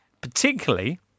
particularly